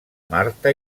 marta